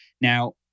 Now